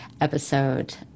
episode